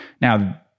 now